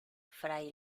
fray